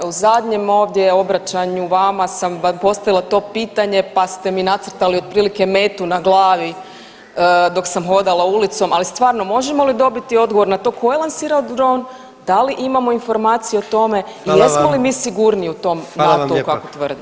U zadnjem ovdje obraćanju vama sam postavila to pitanje, pa ste mi nacrtali otprilike metu na glavi dok sam hodala ulicom, ali stvarno možemo li dobiti odgovor na to ko je lansirao dron, da li imamo informacije o tome i jesmo li mi sigurniji u tom NATO-u kako tvrdite?